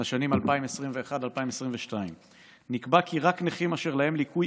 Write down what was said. לשנים 2022-2021 נקבע כי רק נכים אשר להם ליקוי